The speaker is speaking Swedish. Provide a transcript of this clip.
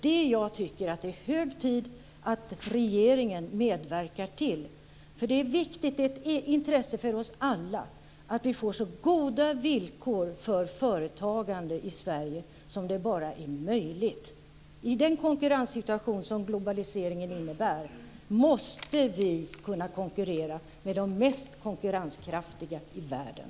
Det är hög tid att regeringen medverkar till det. Det är viktigt och ett intresse för oss alla att vi får så goda villkor för företagande i Sverige som det bara är möjligt. I den konkurrenssituation som globliseringen innebär måste vi kunna konkurrera med de mest konkurrenskraftiga i världen.